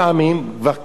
חוק שאתה מכיר.